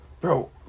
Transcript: Bro